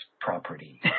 property